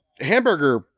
hamburger